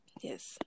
yes